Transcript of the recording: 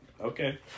okay